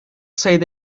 sayıda